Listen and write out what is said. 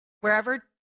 Wherever